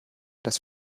dass